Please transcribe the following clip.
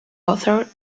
author